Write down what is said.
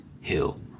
Hill